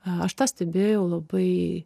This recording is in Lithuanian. aš tą stebėjau labai